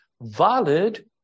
valid